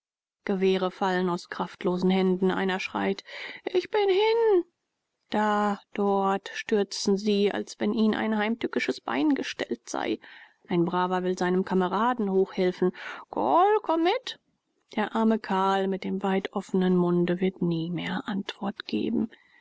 gewehre fallen aus kraftlosen händen einer schreit ich bin hin da dort stürzen sie als wenn ihnen ein heimtückisches bein gestellt sei ein braver will seinem kameraden hochhelfen korl komm mit der arme karl mit dem weit offenen munde wird nie mehr antwort geben